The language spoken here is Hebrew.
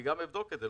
וגם אבדוק את זה.